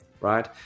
right